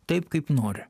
taip kaip nori